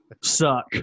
suck